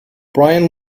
brian